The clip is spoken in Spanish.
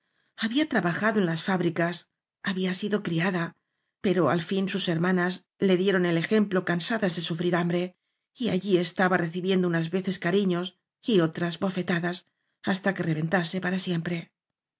había trabajado en las fábricas había sido criada pero al fin sus her manas le dieron el ejemplo cansadas de sufrir hambre y allí estaba recibiendo unas veces ca riños y otras bofetadas hasta que reventase para siempre